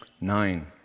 Nine